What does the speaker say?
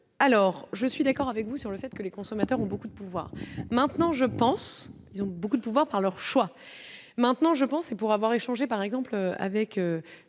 alors je suis d'accord avec vous sur le fait que les consommateurs ont beaucoup de pouvoir, maintenant, je pense, ils ont beaucoup de pouvoir, par leur choix maintenant, je pense, et pour avoir échangé par exemple avec